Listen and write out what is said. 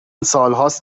سالهاست